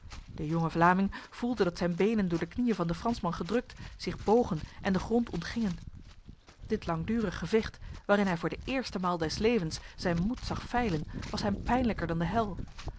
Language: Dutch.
de jonge vlaming voelde dat zijn benen door de knieën van de fransman gedrukt zich bogen en de grond ontgingen dit langdurig gevecht waarin hij voor de eerste maal des levens zijn moed zag feilen was hem pijnlijker dan de hel